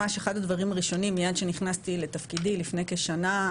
אחד הדברים הראשונים מייד כשנכנסתי לתפקידי לפני כשנה,